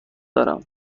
دارم